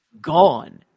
gone